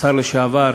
השר לשעבר